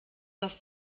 auf